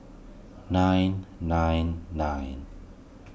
nine nine nine